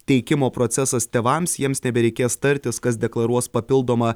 teikimo procesas tėvams jiems nebereikės tartis kas deklaruos papildomą